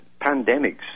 pandemics